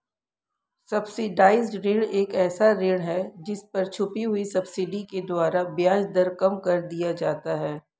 subsidised ऋण एक ऐसा ऋण है जिस पर छुपी हुई सब्सिडी के द्वारा ब्याज दर कम कर दिया जाता है